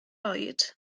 oed